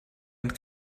and